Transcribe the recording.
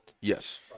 Yes